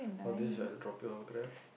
or this other topic or Grab